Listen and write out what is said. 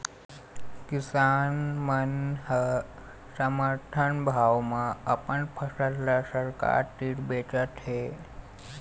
किसान मन ह समरथन भाव म अपन फसल ल सरकार तीर बेचत हे